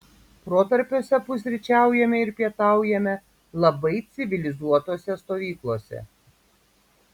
protarpiuose pusryčiaujame ir pietaujame labai civilizuotose stovyklose